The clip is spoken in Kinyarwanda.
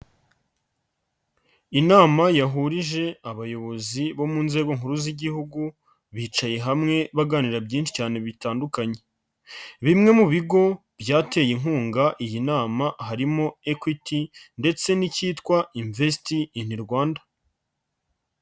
Inama yahurije abayobozi bo mu nzego nkuru z'Igihugu, bicaye hamwe baganira byinshi cyane bitandukanye, bimwe mu bigo byateye inkunga iyi nama harimo Equity ndetse n'icyitwa "invest in Rwanda".